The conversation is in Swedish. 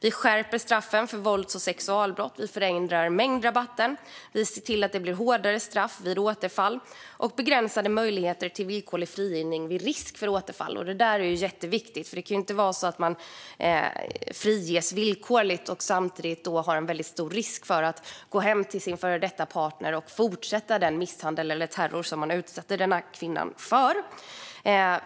Vi skärper straffen för vålds och sexualbrott. Vi förändrar mängdrabatten. Vi ser till att det blir hårdare straff vid återfall och begränsade möjligheter till villkorlig frigivning vid risk för återfall. Det är jätteviktigt. Det kan inte vara så att man friges villkorligt samtidigt som det finns väldigt stor risk att man går hem till sin före detta partner och fortsätter den misshandel eller terror som man har utsatt kvinnan för.